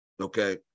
okay